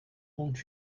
haunt